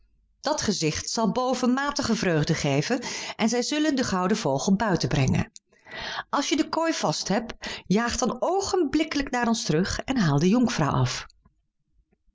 dat gezicht zal bovenmatige vreugde geven en zij zullen den gouden vogel buiten brengen als je de kooi vast hebt jaag dan oogenblikkelijk naar ons terug en haal de jonkvrouw af